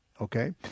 Okay